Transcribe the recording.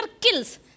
kills